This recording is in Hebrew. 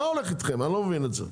מה הולך איתכם אני לא מבין את זה?